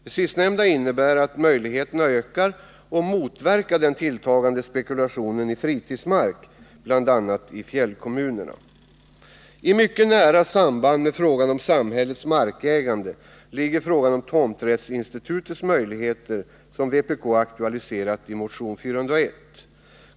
Det sistnämnda innebär att möjligheterna ökar att motverka den tilltagande spekulationen i fritidsmark bl.a. i fjällkommunerna. I nära samband med frågan om samhällets markägande ligger frågan om tomträttsinstitutets möjligheter, som vpk aktualiserat i motion 401.